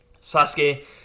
Sasuke